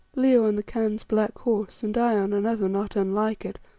leo on the khan's black horse, and i on another not unlike it,